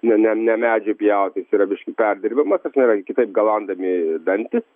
ne ne ne medžiui pjauti jis yra biški perdirbamas ta prasme yra kitaip galandami dantys